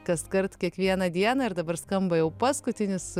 kaskart kiekvieną dieną ir dabar skamba jau paskutinis